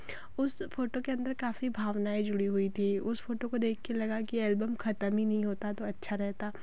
उस फ़ोटो के अन्दर काफ़ी भावनाएँ जुड़ी हुई थीं उस फ़ोटो को देख कर लगा की एलबम ख़त्म ही नहीं होता तो अच्छा रहता